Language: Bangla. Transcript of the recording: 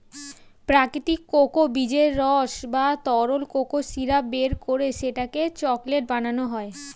প্রাকৃতিক কোকো বীজের রস বা তরল কোকো সিরাপ বের করে সেটাকে চকলেট বানানো হয়